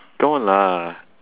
come on lah